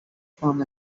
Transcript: form